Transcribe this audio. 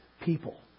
people